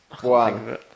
one